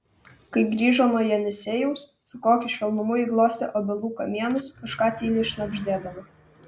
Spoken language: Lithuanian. kai grįžo nuo jenisejaus su kokiu švelnumu ji glostė obelų kamienus kažką tyliai šnabždėdama